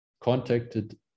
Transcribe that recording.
contacted